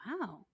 Wow